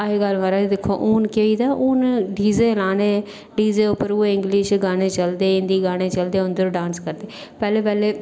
अजकल म्हाराज दिक्खो हून केह् होई दा हून डीजे लाने डीजे पर ओह् इंगलिश गाने चलदे हिंदी गाने चलदे ते ओह् उंदे पर डांस करदे पैह्ले पैह्ले